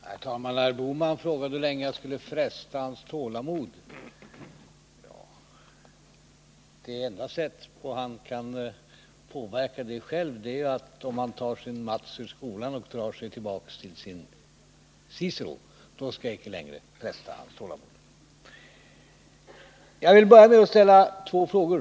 Herr talman! Herr Bohman frågade hur länge jag skulle fresta hans tålamod. Det enda sätt på vilket han själv kan påverka den saken är att ta sin Mats ur skolan och dra sig tillbaka till sin Cicero. Då skall jag inte längre fresta hans tålamod. Jag vill börja med att ställa två frågor.